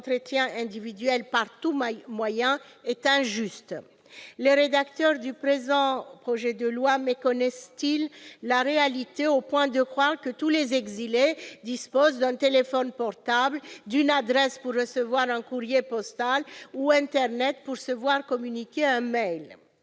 individuel « par tout moyen » est injuste. Les rédacteurs du projet de loi méconnaissent-ils la réalité au point de croire que tous les exilés disposent d'un téléphone portable, d'une adresse pour recevoir un courrier postal ou d'internet pour se voir communiquer un